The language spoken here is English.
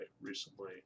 recently